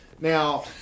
Now